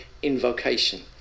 Invocation